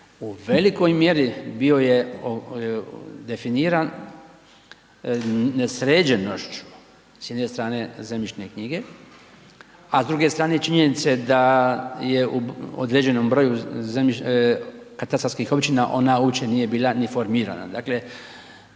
u velikoj mjeri bio je definiran nesređenošću s jedne strane zemljišne knjige, a s druge strane činjenice da je u određenom broju katastarskih općina ona uopće nije bila ni formirana.